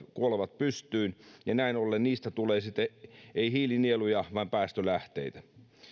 kuolevat pystyyn ja näin ollen niistä tulee siten ei hiilinieluja vaan päästölähteitä